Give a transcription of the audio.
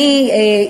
אני,